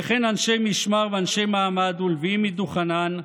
וכן אנשי משמר ואנשי מעמד ולויין מדוכנן,